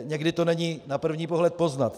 Jenže někdy to není na první pohled poznat.